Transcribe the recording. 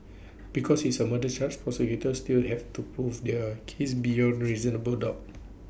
because is A murder charge prosecutors still have to prove their case beyond reasonable doubt